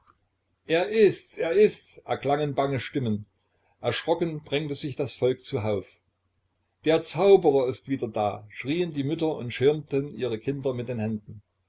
er ist's er ist's erklangen bange stimmen erschrocken drängte sich das volk zu hauf der zauberer ist wieder da schrieen die mütter und schirmten ihre kinder mit den händen